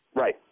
Right